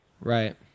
Right